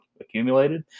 accumulated